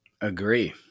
Agree